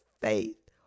faith